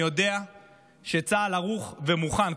ואני יודע שצה"ל ערוך ומוכן,